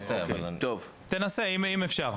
תנסה אם אפשר.